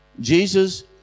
Jesus